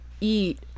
eat